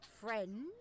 friend